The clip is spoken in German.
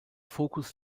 fokus